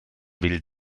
will